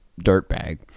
dirtbag